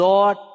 Lord